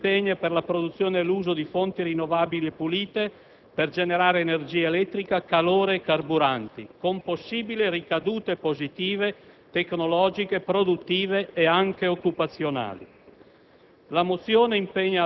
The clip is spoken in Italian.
con maggiore consistente impegno per la produzione e l'uso di fonti rinnovabili pulite per generare energia elettrica, calore, carburanti, con possibili ricadute positive tecnologiche produttive e anche occupazionali.